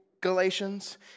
Galatians